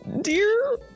dear